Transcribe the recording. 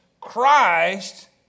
Christ